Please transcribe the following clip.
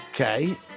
Okay